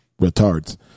retards